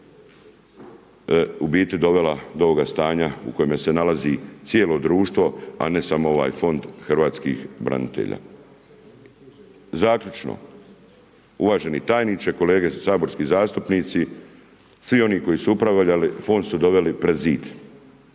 u biti dovela do ovoga stanja u kojemu se nalazi cijelo društvo a ne samo ovaj fond hrvatskih branitelja. Zaključena, uvaženi tajniče, kolege saborski zastupnici, svi oni koji su upravljali, fond su doveli pred zid.